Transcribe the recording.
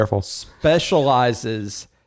specializes